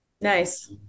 Nice